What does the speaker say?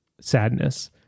Sadness